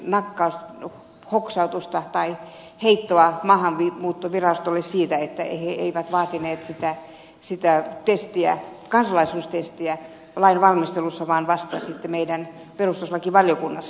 minä ihmettelen ministeri thorsin heittoa maahanmuuttovirastolle siitä että he eivät vaatineet sitä kansalaisuustestiä lain valmistelussa vaan vasta sitten meidän perustuslakivaliokunnassa